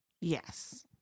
Yes